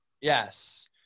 Yes